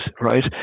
right